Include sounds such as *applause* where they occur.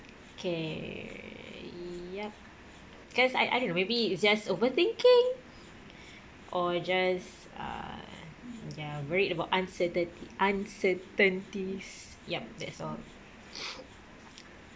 okay yup cause I I don't know maybe it just over thinking or just uh ya worried about uncertainti~ uncertainties yup that's all *noise*